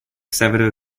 several